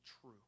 true